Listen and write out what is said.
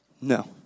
No